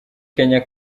kenya